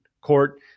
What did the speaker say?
court